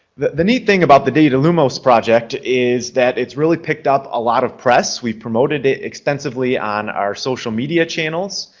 the neat thing about the data lumos project is that it's really picked up a lot of press. we've promoted it extensively on our social media channels.